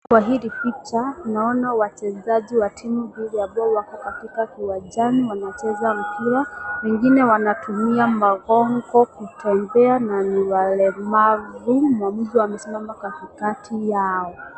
Kwa hili picha naona wachezaji wa timu mbili ambao wako katika kiwanjani wanacheza mpira. Wengine wanatumia magongo kutembea na ni walemavu na mtu amesimama katikati yao.